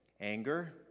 Anger